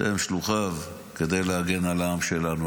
שהם שלוחיו כדי להגן על העם שלנו.